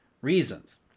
reasons